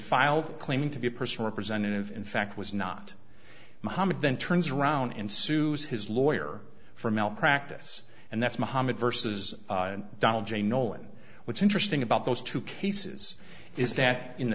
filed claiming to be a personal representative in fact was not mohamed then turns around and susa his lawyer for malpractise and that's mohamed versus donald j no and what's interesting about those two cases is that in the